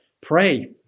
pray